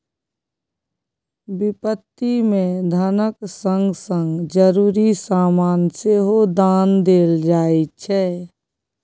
बिपत्ति मे धनक संग संग जरुरी समान सेहो दान देल जाइ छै